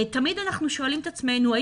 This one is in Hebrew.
ותמיד אנחנו שואלים את עצמנו אם